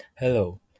Hello